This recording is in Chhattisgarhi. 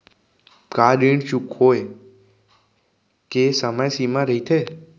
का ऋण चुकोय के समय सीमा रहिथे?